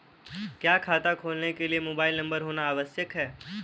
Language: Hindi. क्या खाता खोलने के लिए मोबाइल नंबर होना आवश्यक है?